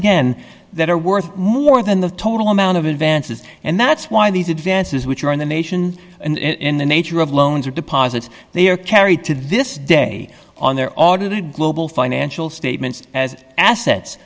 again that are worth more than the total amount of advances and that's why these advances which are in the nation in the nature of loans are deposits they are carried to this day on their audited global financial statements as assets